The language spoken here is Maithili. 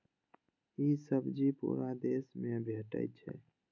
ई सब्जी पूरा देश मे भेटै छै